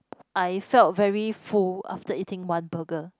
I felt very full after eating one burger